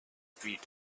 feet